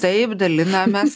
taip dalinamės